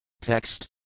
Text